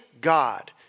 God